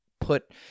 put